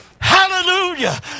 Hallelujah